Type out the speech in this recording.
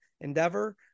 Endeavor